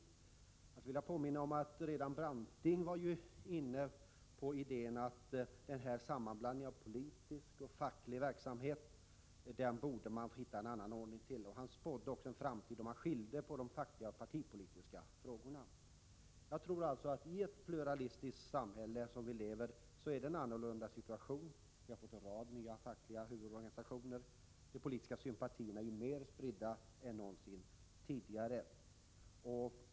Jag skulle vilja påminna om att redan Branting var inne på att man borde hitta en annan ordning än den här sammanblandningen av politisk och facklig verksamhet. Han spådde också en framtid då man skilde på de fackliga och de partipolitiska frågorna. Jag menar att vi i det pluralistiska och demokratiska samhälle vi lever i har fått en annorlunda situation. Vi har fått en rad nya fackliga huvudorganisationer. De politiska sympatierna är mera spridda än någonsin tidigare.